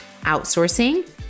outsourcing